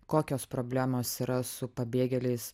kokios problemos yra su pabėgėliais